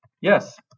Yes